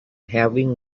having